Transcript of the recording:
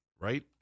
right